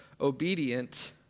obedient